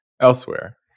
Elsewhere